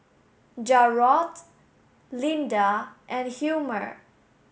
Jarrod Lynda and Hilmer